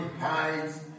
hides